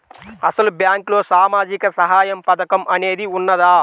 అసలు బ్యాంక్లో సామాజిక సహాయం పథకం అనేది వున్నదా?